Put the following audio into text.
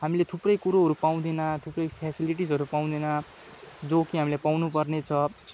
हामीले थुप्रै कुरोहरू पाउँदैन थुप्रै फेसिलिटिजहरू पाउँदैन जो कि हामीले पाउनु पर्ने छ